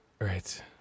right